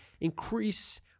increase